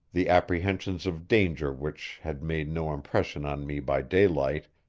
the apprehensions of danger which had made no impression on me by daylight,